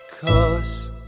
Cause